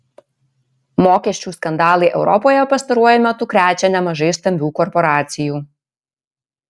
mokesčių skandalai europoje pastaruoju metu krečia nemažai stambių korporacijų